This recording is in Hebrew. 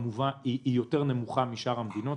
היא נמוכה יותר משאר המדינות.